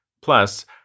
Plus